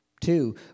Two